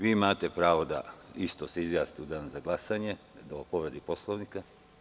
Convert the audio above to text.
Vi imate pravo da se izjasnimo u danu za glasanje o povredi Poslovnika?